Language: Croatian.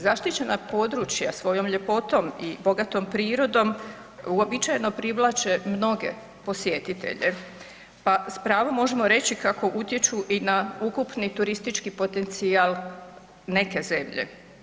Zaštićena područja svojom ljepotom i bogatom prirodom uobičajeno privlače mnoge posjetitelje, pa s pravom možemo reći kako utječu i na ukupni turistički potencijal neke zemlje.